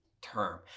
term